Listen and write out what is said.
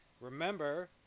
remember